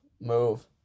move